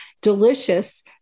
Delicious